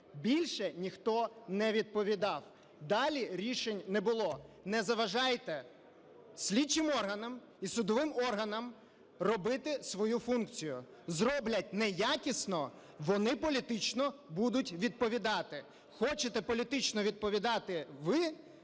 більше ніхто не відповідав, далі рішень не було. Не заважайте слідчим органам і судовим органам робити свою функцію, зроблять неякісно - вони політично будуть відповідати. Хочете політично відповідати ви